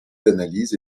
d’analyse